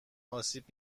آسیب